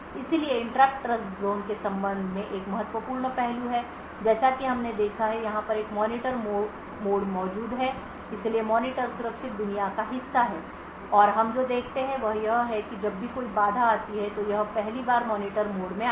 इसलिए interrupt trust zone के संबंध में एक महत्वपूर्ण पहलू है जैसा कि हमने देखा है कि यहाँ पर एक मॉनिटर मोड मौजूद है इसलिए मॉनिटर सुरक्षित दुनिया का हिस्सा है और हम जो देखते हैं वह यह है कि जब भी कोई बाधा आती है तो यह पहली बार मॉनिटर मोड में आता है